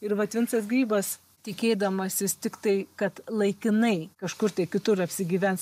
ir vat vincas grybas tikėdamasis tiktai kad laikinai kažkur tai kitur apsigyvens